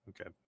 okay